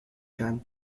time